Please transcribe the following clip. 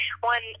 one